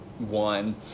one